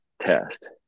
test